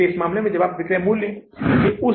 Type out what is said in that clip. इसलिए अब हमारे पास कोई राशि उपलब्ध नहीं है यह 0 है